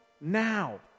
now